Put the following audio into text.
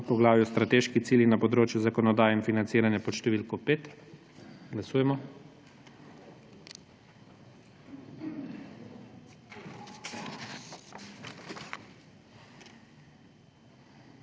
podpoglavju Strateški cilji na področju zakonodaje in financiranja pod številko 1. Glasujemo.